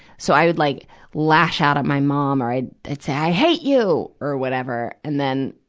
so i would like lash out at my mom or i'd, i'd say, i hate you! or whatever. and then,